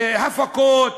הפקות,